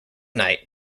night